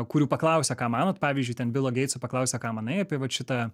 kurių paklausė ką manot pavyzdžiui ten bilo geitso paklausė ką manai apie vat šitą